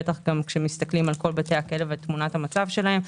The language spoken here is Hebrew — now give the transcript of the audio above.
בטח גם כשמסתכלים על כל בתי הכלא ותמונת המצב שלהם.